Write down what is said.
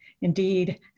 Indeed